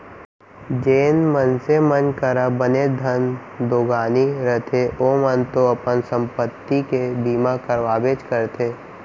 जेन मनसे मन करा बनेच धन दो गानी रथे ओमन तो अपन संपत्ति के बीमा करवाबेच करथे